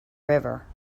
river